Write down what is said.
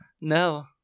no